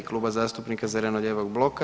Klub zastupnika zeleno-lijevog bloka.